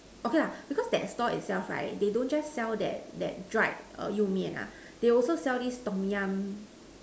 okay lah because that stall itself right they don't just sell that that dried err you-mian lah they also sell this Tom-Yum